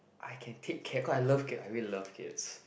I can take care cause I love kids I really love kids